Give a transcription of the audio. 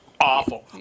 awful